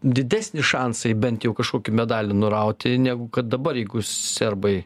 didesni šansai bent jau kažkokį medalį nurauti negu kad dabar jeigu serbai